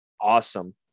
awesome